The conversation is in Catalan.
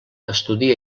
estudia